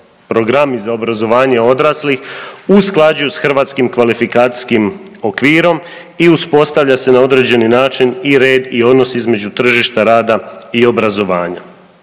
programi za obrazovanje odraslih usklađuju sa hrvatskim kvalifikacijskim okvirom i uspostavlja se na određeni način i red i odnos između tržišta rada i obrazovanja.